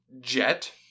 Jet